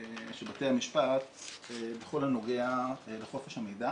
של בתי המשפט בכל הנוגע לחופש המידע